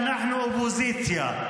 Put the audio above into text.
אופוזיציה.